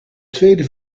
tweede